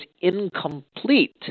incomplete